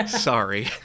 Sorry